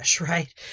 right